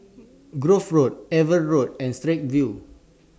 Grove Road AVA Road and Straits View